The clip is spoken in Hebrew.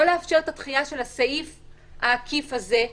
לא לאפשר את הדחייה של הסעיף העקיף הזה.